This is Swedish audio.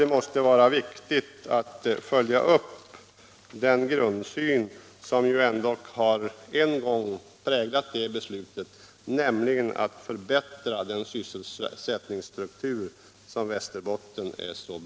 Det måste vara riktigt att fullfölja den grundsyn som en gång präglade beslutet om denna etablering, nämligen att sysselsättningsstrukturen i Västerbotten behöver förbättras.